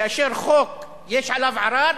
כאשר חוק יש עליו ערר,